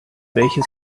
welches